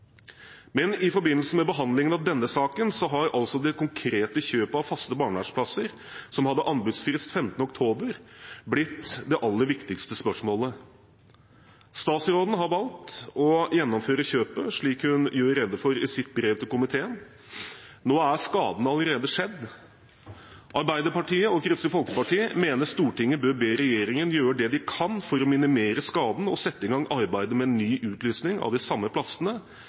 Men i forbindelse med behandlingen av denne saken har altså det konkrete kjøpet av faste barnevernsplasser, som hadde anbudsfrist 15. oktober, blitt det aller viktigste spørsmålet. Statsråden har valgt å gjennomføre kjøpet, slik hun gjorde rede for i sitt brev til komiteen. Nå er skaden allerede skjedd. Arbeiderpartiet og Kristelig Folkeparti mener Stortinget bør be regjeringen gjøre det den kan for å minimere skaden og sette i gang arbeidet med ny utlysing av de samme plassene,